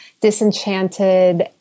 disenchanted